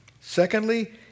secondly